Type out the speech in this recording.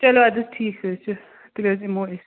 چلو اَدٕ حظ ٹھیٖک حظ چھُ تیٚلہِ حظ یِمو أسۍ